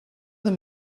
them